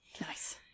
Nice